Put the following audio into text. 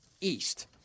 East